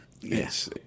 yes